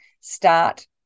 start